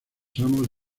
seamos